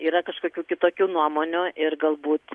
yra kažkokių kitokių nuomonių ir galbūt